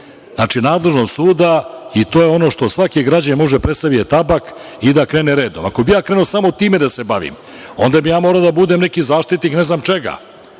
Znači nadležnost suda. To je ono što svaki građanin može da presavije tabak i da krene redom. Ako bi ja krenuo samo time da se bavim, onda bi ja morao da budem neki zaštitnik ne znam čega.